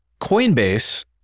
Coinbase